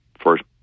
first